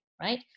right